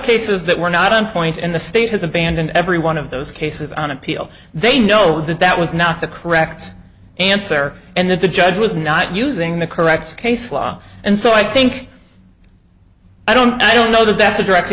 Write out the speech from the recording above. cases that were not on point in the state has abandoned every one of those cases on appeal they know that that was not the correct answer and that the judge was not using the correct case law and so i think i don't i don't know that that's a direct